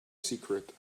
secret